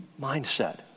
mindset